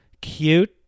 cute